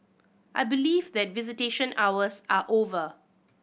I believe that visitation hours are over